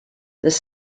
this